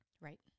Right